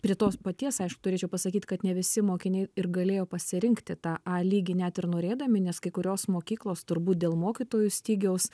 prie tos paties aišku turėčiau pasakyt kad ne visi mokiniai ir galėjo pasirinkti tą a lygį net ir norėdami nes kai kurios mokyklos turbūt dėl mokytojų stygiaus